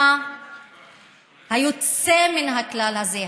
תנסו לחשוב למה היוצא מן הכלל הזה,